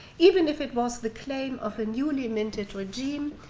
even if it was the claim of a newly minted regime,